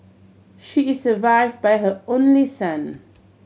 she is survived by her only son